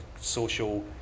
social